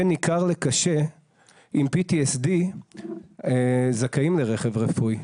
בין ניכר לקשה עם PTSD זכאים לרכב רפואי.